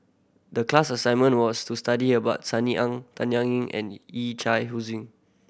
the class assignment was to study about Sunny Ang Tanya and Yee Chia Hsing